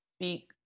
speak